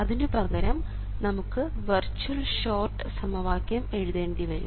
അതിനുപകരം നമുക്ക് virtual short സമവാക്യം എഴുതേണ്ടിവരും